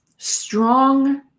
strong